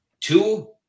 Two